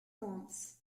months